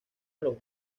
los